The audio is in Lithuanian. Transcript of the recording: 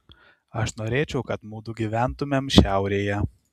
aš norėčiau kad mudu gyventumėm šiaurėje